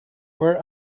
where